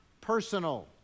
personal